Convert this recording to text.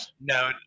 No